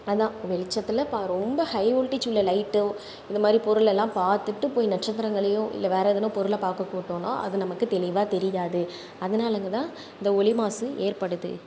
அதுதான் வெளிச்சத்தில் இப்போ ரொம்ப ஹை ஓல்டேஜ் உள்ள லைட்டோ இந்த மாதிரி பொருள் எல்லாம் பார்த்துட்டு போய் நட்சத்திரங்களையோ இல்லை வேறு எதுனா பொருளை பார்க்க அது நமக்கு தெளிவாக தெரியாது அதுனாலங்க தான் இந்த ஒளி மாசு ஏற்படுது